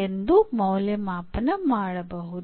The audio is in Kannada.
ಎಂದೂ ಮೌಲ್ಯಮಾಪನ ಮಾಡಬಹುದು